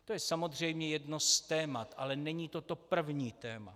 To je samozřejmě jedno z témat, ale není to to první téma.